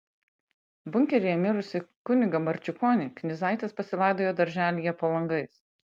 bunkeryje mirusį kunigą marčiukonį knyzaitės pasilaidojo darželyje po langais